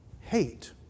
hate